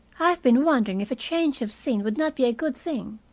i have been wondering if a change of scene would not be a good thing,